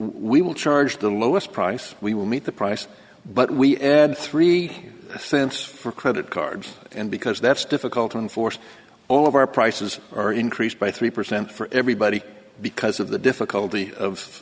we will charge the lowest price we will meet the price but we add three cents for credit cards and because that's difficult to enforce all of our prices are increased by three percent for everybody because of the difficulty of